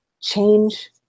change